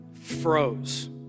froze